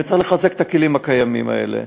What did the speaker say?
וצריך לחזק את הכלים הקיימים האלה.